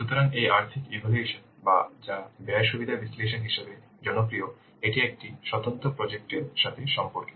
সুতরাং এই আর্থিক ইভ্যালুয়েশন বা যা ব্যয় সুবিধা বিশ্লেষণ হিসাবে জনপ্রিয় এটি একটি স্বতন্ত্র প্রজেক্ট এর সাথে সম্পর্কিত